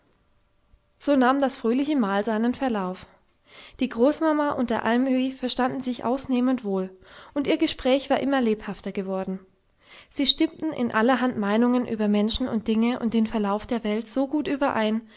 so nahm das fröhliche mahl seinen verlauf die großmama und der almöhi verstanden sich ausnehmend wohl und ihr gespräch war immer lebhafter geworden sie stimmten in allerhand meinungen über menschen und dinge und den verlauf der welt so gut überein